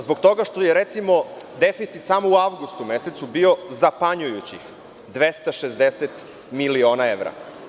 Zbog toga što je, recimo, deficit samo u avgustu mesecu bio zapanjujućih 260 miliona evra.